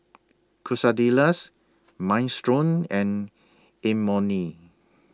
Quesadillas Minestrone and Imoni